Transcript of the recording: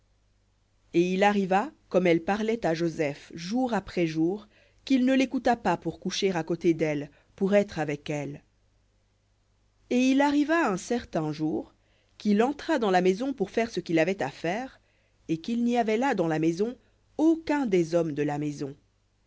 et il arriva comme elle parlait à joseph jour après jour qu'il ne l'écouta pas pour coucher à côté d'elle pour être avec elle et il arriva un certain jour qu'il entra dans la maison pour faire ce qu'il avait à faire et qu'il n'y avait là dans la maison aucun des hommes de la maison